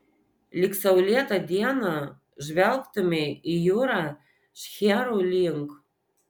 lyg saulėtą dieną žvelgtumei į jūrą šcherų link